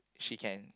she can